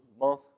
month